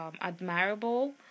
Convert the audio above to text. admirable